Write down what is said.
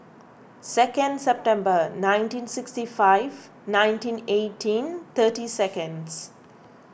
second September nineteen sixty five nineteen eighteen thirty seconds